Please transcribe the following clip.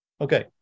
Okay